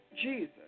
Jesus